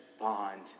bond